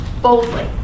boldly